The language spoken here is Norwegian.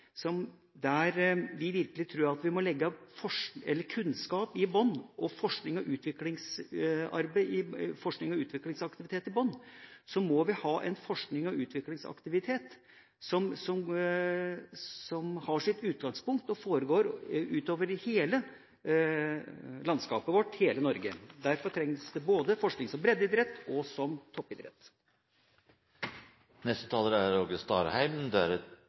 der vi virkelig tror at vi må legge kunnskap, forsknings- og utviklingsaktivitet i bunn, må vi ha en forsknings- og utviklingsaktivitet som har sitt utgangspunkt i og foregår utover i hele landskapet vårt, i hele Norge. Derfor trengs det forskning både som breddeidrett og som toppidrett. Representanten Aksel Hagen påstår at Framstegspartiet ikkje har nokon distriktspolitikk og ikkje er